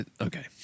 okay